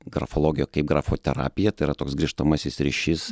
grafologija kaip grafoterapija tai yra toks grįžtamasis ryšys